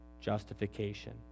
justification